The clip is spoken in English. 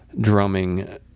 drumming